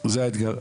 זה האתגר.